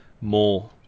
more